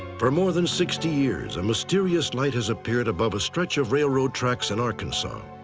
for more than sixty years, a mysterious light has appeared above a stretch of railroad tracks in arkansas.